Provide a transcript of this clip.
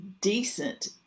decent